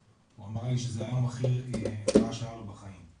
הוא אמר לי שזה היום הכי רע שהיה לו בחיים.